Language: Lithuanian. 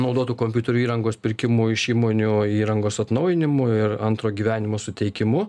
naudotų kompiuterių įrangos pirkimu iš įmonių įrangos atnaujinimui ir antro gyvenimo suteikimu